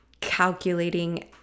calculating